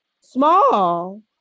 small